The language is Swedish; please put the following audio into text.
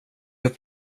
upp